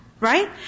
Right